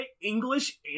English